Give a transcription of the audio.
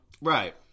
Right